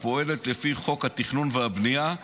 הפועלת לפי חוק התכנון והבנייה,